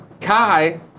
Kai